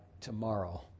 tomorrow